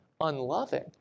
unloving